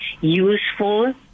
useful